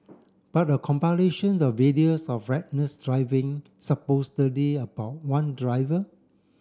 but a compilation the videos of reckless driving supposedly about one driver